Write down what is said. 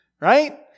right